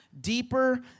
Deeper